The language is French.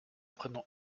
prénom